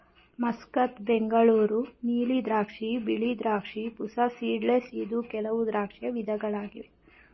Muscat, Bengaluru ನೀಲಿ ದ್ರಾಕ್ಷಿ, ಬಿಳಿ ದ್ರಾಕ್ಷಿ, ಪೂಸಾ ಸೀಡ್ಲೆಸ್ ಇದು ಕೆಲವು ದ್ರಾಕ್ಷಿಯ ವಿಧಗಳಾಗಿವೆ